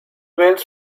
wells